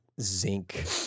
zinc